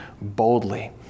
boldly